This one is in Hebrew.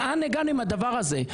לאן הגענו עם הדבר הזה.